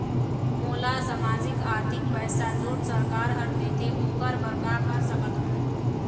मोला सामाजिक आरथिक पैसा जोन सरकार हर देथे ओकर बर का कर सकत हो?